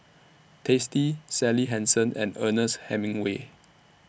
tasty Sally Hansen and Ernest Hemingway